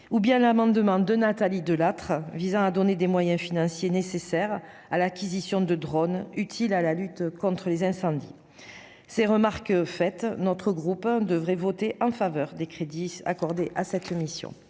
encore à l'amendement de Nathalie Delattre visant à financer l'acquisition de drones, utiles à la lutte contre les incendies. Ces remarques faites, notre groupe devrait voter en faveur des crédits alloués à cette mission.